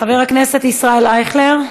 חבר הכנסת אייכלר.